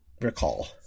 recall